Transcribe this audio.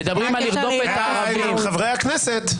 מדברים על לרדוף את הערבים --- חברי הכנסת.